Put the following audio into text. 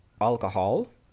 alcohol